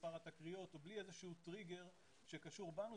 מספר התקריות או בלי איזשהו טריגר שקשור בנו.